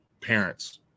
parents